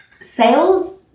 sales –